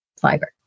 fiber